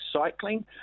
cycling